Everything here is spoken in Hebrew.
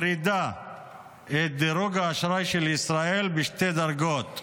סוכנות הדירוג מודי'ס מורידה את דירוג האשראי של ישראל בשתי דרגות,